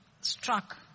struck